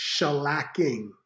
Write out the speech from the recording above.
shellacking